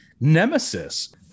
Nemesis